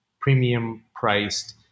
premium-priced